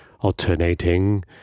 alternating